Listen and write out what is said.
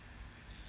mm